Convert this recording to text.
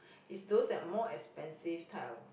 is those that more expensive type of